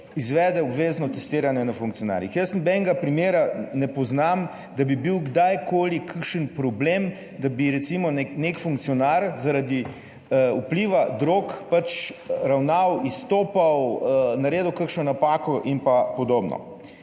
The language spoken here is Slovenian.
izvede obvezno testiranje na funkcionarjih. Jaz nobenega primera ne poznam, da bi bil kdajkoli kakšen problem, da bi recimo nek funkcionar zaradi vpliva drog pač ravnal, izstopal, naredil kakšno napako in pa podobno.